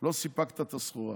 לא סיפקת את הסחורה".